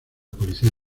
policía